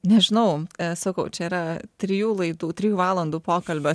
nežinau sakau čia yra trijų laidų trijų valandų pokalbio